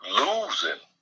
losing